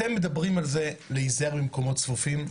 אתם מדברים על זה, להיזהר במקומות צפופים,